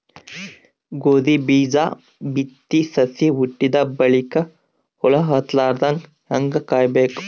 ಗೋಧಿ ಬೀಜ ಬಿತ್ತಿ ಸಸಿ ಹುಟ್ಟಿದ ಬಲಿಕ ಹುಳ ಹತ್ತಲಾರದಂಗ ಹೇಂಗ ಕಾಯಬೇಕು?